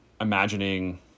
imagining